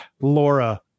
Laura